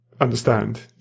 understand